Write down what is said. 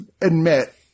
admit